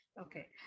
Okay